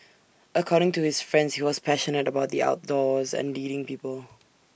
according to his friends he was passionate about the outdoors and leading people